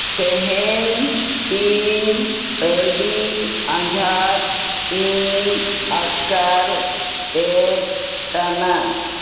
ᱛᱮᱦᱮᱧ ᱤᱧ ᱟᱹᱰᱤ ᱟᱸᱡᱷᱟᱴ ᱤᱧ ᱟᱴᱠᱟᱨᱮᱫ ᱠᱟᱱᱟ